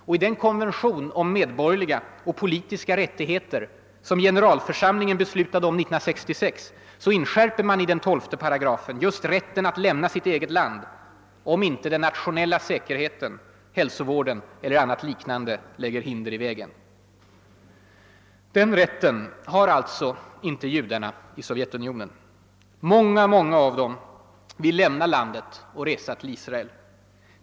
Och i den konvention om medborgerliga och politiska rättigheter som generalförsamlingen beslutade om 1966 inskärper man i den tolfte paragrafen just rätten att lämna sitt eget land, om inte den nationella säkerheten, hälsovården och annat liknande lägger hinder i vägen. Den rätten har inte judarna i Sovjetunionen. Många, många av dem vill lämna landet och resa till Israel.